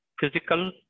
physical